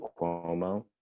Cuomo